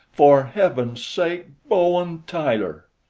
for heaven's sake, bowen tyler!